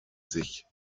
sich